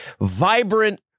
vibrant